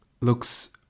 looks